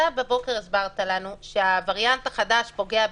הבוקר הסברת לנו שהווריאנט החדש פוגע בילדים.